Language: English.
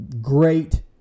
great